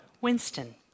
Winston